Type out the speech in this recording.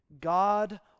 God